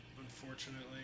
unfortunately